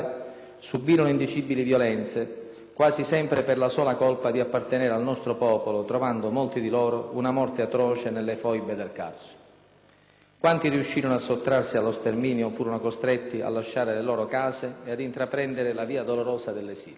subirono indicibili violenze - quasi sempre per la sola colpa di appartenere al nostro popolo - trovando, molti di loro, una morte atroce nelle foibe del Carso. Quanti riuscirono a sottrarsi allo sterminio furono costretti a lasciare le loro case e ad intraprendere la via dolorosa dell'esilio: